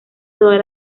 todas